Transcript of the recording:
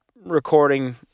recording